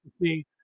see